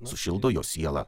sušildo jo sielą